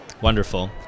Wonderful